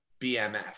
BMF